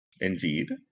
indeed